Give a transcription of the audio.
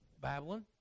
Babylon